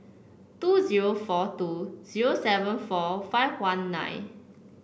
two zero four two zero seven four five one nine